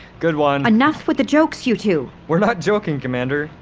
good one! enough with the jokes you two we're not joking commander,